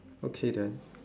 okay then